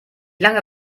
lange